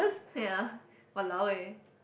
ya !walao! eh